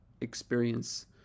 experience